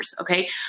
Okay